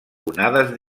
onades